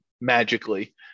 magically